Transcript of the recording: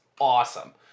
awesome